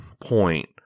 point